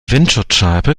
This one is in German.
windschutzscheibe